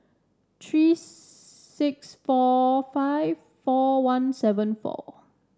three six four five four one seven four